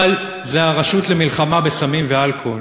אבל זו הרשות למלחמה בסמים ובאלכוהול.